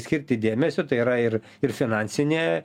skirti dėmesio tai yra ir ir finansinė